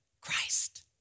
Christ